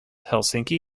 helsinki